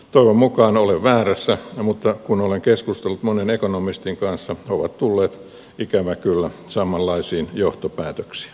toivon mukaan olen väärässä mutta kun olen keskustellut monen ekonomistin kanssa he ovat tulleet ikävä kyllä samanlaisiin johtopäätöksiin